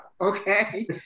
okay